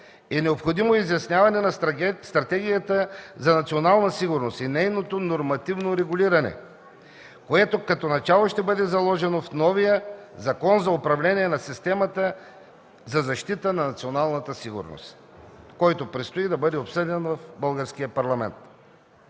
е необходимо изясняване на стратегията за национална сигурност и нейното нормативно регулиране, което като начало ще бъде заложено в новия Закон за управление на системата за защита на националната сигурност, който предстои да бъде обсъден в